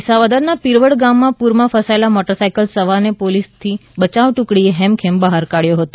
વિસાવદરના પિરવડ ગામે પૂરમાં ફસાયેલા મોટરસાઇકલ સવારને પોલિસની બચાવ ટુકડીએ હેમખેમ બહાર કાઢ્યો હતો